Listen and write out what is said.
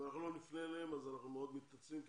אם אנחנו לא נפנה אליהם אז אנחנו מאוד מתנצלים, כי